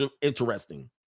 Interesting